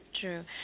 True